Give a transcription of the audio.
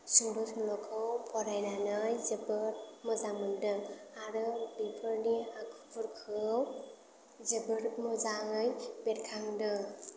सुंद' सल'खौ फरायनानै जोबोद मोजां मोनदों आरो बेफोरनि आखुफोरखौ जोबोर मोजाङै बेरखांदों